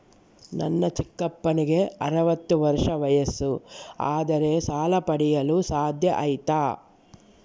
ನನ್ನ ಚಿಕ್ಕಪ್ಪನಿಗೆ ಅರವತ್ತು ವರ್ಷ ವಯಸ್ಸು ಆದರೆ ಸಾಲ ಪಡೆಯಲು ಸಾಧ್ಯ ಐತಾ?